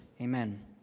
Amen